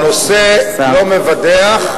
הנושא לא מבדח.